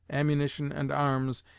ammunition and arms,